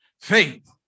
Faith